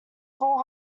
four